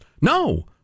No